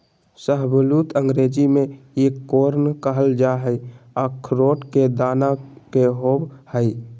शाहबलूत अंग्रेजी में एकोर्न कहल जा हई, अखरोट के दाना के होव हई